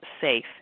safe